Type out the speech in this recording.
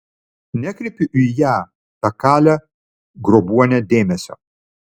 nekreipiu į ją tą kalę grobuonę dėmesio